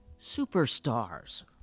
superstars